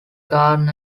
garden